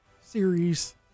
series